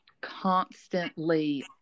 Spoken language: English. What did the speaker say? constantly